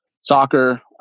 soccer